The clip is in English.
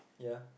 yeah